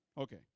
Okay